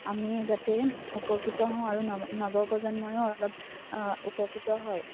আমি যাতে উপকৃত হওঁ আৰু নৱ নৱপ্ৰজন্মইও অলপ উপকৃত হয়